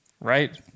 Right